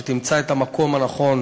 שתמצא את המקום הנכון